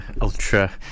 ultra